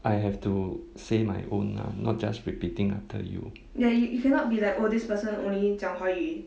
I have to say my own ah not just repeating after you